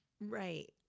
right